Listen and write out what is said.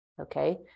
okay